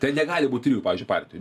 tai negali būt trijų pavyzdžiui partijų